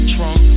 Trunk